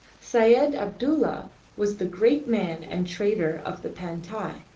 syed abdulla was the great man and trader of the pantai.